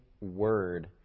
word